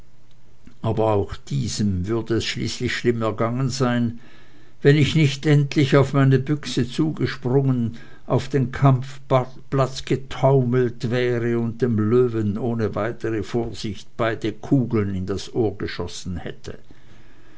aber auch diesem würde es schließlich schlimm ergangen sein wenn ich nicht endlich auf meine büchse zugesprungen auf den kampfplatz getaumelt wäre und dem löwen ohne weitere vorsicht beide kugeln in das ohr geschossen hätte